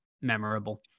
memorable